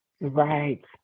Right